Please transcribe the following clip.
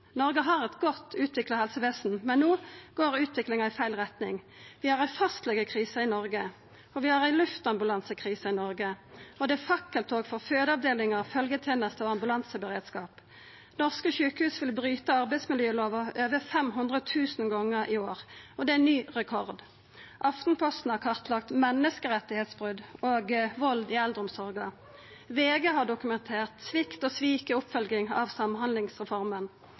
Noreg har eit godt utvikla helsevesen, men no går utviklinga i feil retning. Vi har ei fastlegekrise i Noreg. Vi har ei luftambulansekrise i Noreg. Det er fakkeltog for fødeavdelingar, følgjeteneste og ambulanseberedskap. Norske sjukehus vil bryta arbeidsmiljølova over 500 000 gonger i år. Det er ny rekord. Aftenposten har kartlagt menneskerettsbrot og vald i eldreomsorga. VG har dokumentert svikt og svik i oppfølging av samhandlingsreforma.